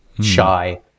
shy